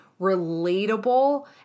relatable